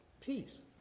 peace